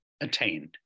attained